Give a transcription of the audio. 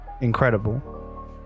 incredible